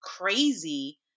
crazy